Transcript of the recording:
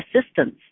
assistance